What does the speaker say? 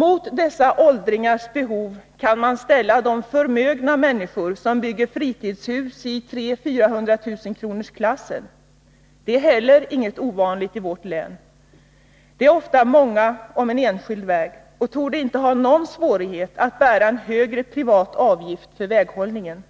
man talar om dessa åldringars behov kan man tänka på de förmögna människor som bygger fritidshus i 300 000-400 000-kronorsklassen. Det är heller inget ovanligt i vårt län. Det är ofta många familjer om en enskild väg, och de torde inte ha någon svårighet att bära en högre privat avgift för väghållningen.